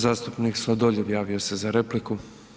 Zastupnik Sladoljev, javio se za repliku.